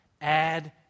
add